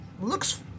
looks